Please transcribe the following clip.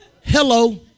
Hello